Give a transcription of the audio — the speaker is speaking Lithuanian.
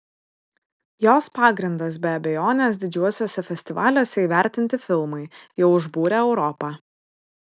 jos pagrindas be abejonės didžiuosiuose festivaliuose įvertinti filmai jau užbūrę europą